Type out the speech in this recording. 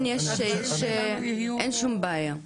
אין שום בעיה.